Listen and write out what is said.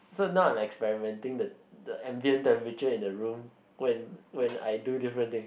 so now I'm experimenting the the ambient temperature in the room when when I do different things